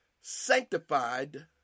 sanctified